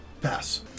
Pass